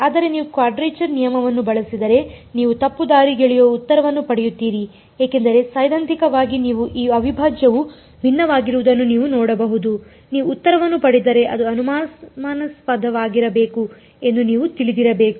ಆದರೆ ನೀವು ಕ್ವಾಡ್ರೇಚರ್ ನಿಯಮವನ್ನು ಬಳಸಿದರೆ ನೀವು ತಪ್ಪುದಾರಿಗೆಳೆಯುವ ಉತ್ತರವನ್ನು ಪಡೆಯುತ್ತೀರಿ ಏಕೆಂದರೆ ಸೈದ್ಧಾಂತಿಕವಾಗಿ ನೀವು ಈ ಅವಿಭಾಜ್ಯವು ಭಿನ್ನವಾಗಿರುವುದನ್ನು ನೀವು ನೋಡಬಹುದು ನೀವು ಉತ್ತರವನ್ನು ಪಡೆದರೆ ಅದು ಅನುಮಾನಾಸ್ಪದವಾಗಿರಬೇಕು ಎಂದು ನೀವು ತಿಳಿದಿರಬೇಕು